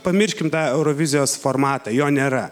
pamirškim tą eurovizijos formatą jo nėra